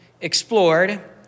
explored